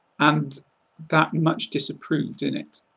and that much disapproved innit?